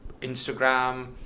Instagram